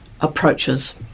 approaches